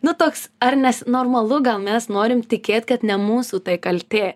nu toks ar nes normalu gal mes norim tikėt kad ne mūsų tai kaltė